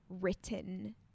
written